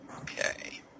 Okay